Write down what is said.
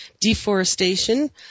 deforestation